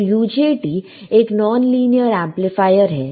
तो UJT एक non linear amplifier है